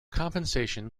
compensation